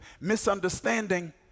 misunderstanding